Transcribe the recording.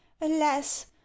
alas